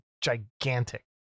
gigantic